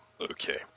Okay